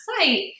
site